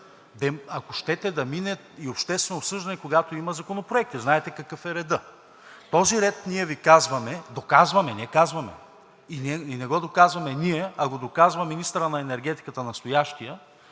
ако щете, да мине и обществено обсъждане, когато има законопроект. Знаете какъв е редът. Този ред ние Ви казваме – доказваме, не казваме, и не го доказваме ние, а го доказва министърът на енергетиката, настоящият,